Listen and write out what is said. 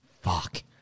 Fuck